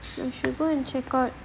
should go and check out